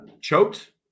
choked